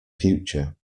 future